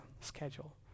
schedule